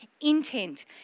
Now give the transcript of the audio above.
intent